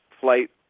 flight